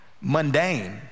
mundane